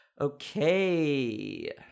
Okay